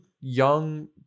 young